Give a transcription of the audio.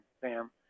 Sam